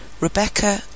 Rebecca